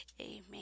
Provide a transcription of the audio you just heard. Amen